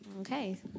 Okay